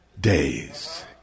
days